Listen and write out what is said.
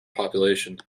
population